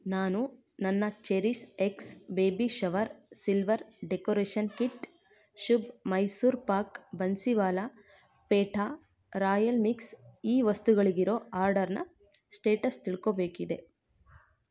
ನಾನು ನನ್ನ CherishX baby shower silver decoration kit Shubh Mysore pak Bansiwala petha royal mix ಈ ವಸ್ತುಗಳಿರೋ ಆರ್ಡರ್ನ ಸ್ಟೇಟಸ್ ತಿಳ್ಕೊಬೇಕಿದೆ